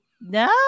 No